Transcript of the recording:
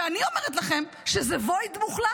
ואני אומרת לכם שזה void מוחלט.